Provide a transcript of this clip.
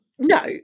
No